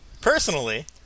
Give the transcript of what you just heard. Personally